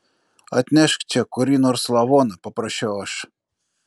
atnešk čia kurį nors lavoną paprašiau aš